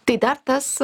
tai dar tas